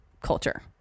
culture